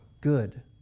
good